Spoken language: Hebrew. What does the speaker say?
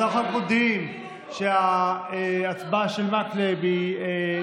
אז אנחנו רק מודיעים שההצבעה של מקלב היא,